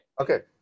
Okay